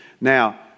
Now